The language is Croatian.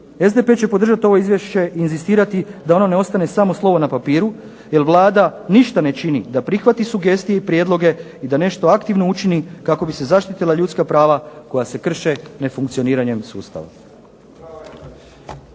SDP će podržati ovo izvješće i inzistirati da ono ne ostane samo slovo na papiru, jer Vlada ništa ne čini da prihvati sugestije i prijedloge i da nešto aktivno učini kako bi se zaštitila ljudska prava koja se krše ne funkcioniranjem sustava.